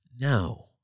No